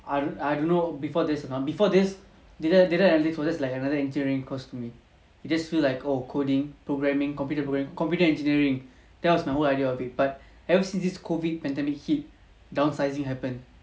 I I don't know before this or not before this data data analytics was like another engineering course to me it just feel like oh coding programming computer program computer engineering that was my whole idea of it but ever since this COVID pandemic hit downsizing happen